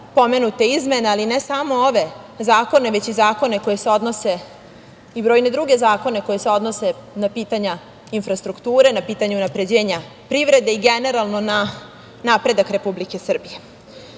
pomenute izmene, ali ne samo ove zakone, već i brojne druge zakone koji se odnose na pitanja infrastrukture, na pitanje unapređenja privrede i generalno na napredak Republike Srbije.U